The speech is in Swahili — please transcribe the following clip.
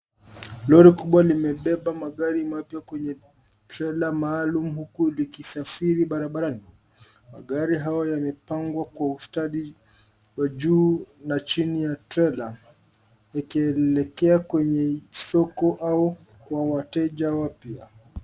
Lori kubwa limebeba magari mapya kwenye trela maalum huku likisafiri barabarani. Magari hayo yamepangwa kwa ustadi wa juu na chini ya trela yakielekea kwenye soko au kwa wateja wapya.